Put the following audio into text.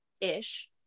ish